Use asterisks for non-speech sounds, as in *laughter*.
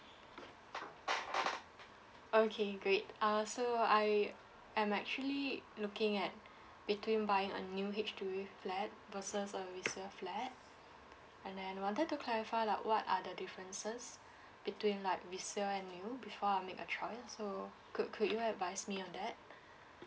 okay great uh so I I'm actually looking at *breath* between buying a new H_D_B flat versus a resale flat and then wanted to clarify like what are the differences *breath* between like resale and new before I make a choice so could could you advise me on that *breath*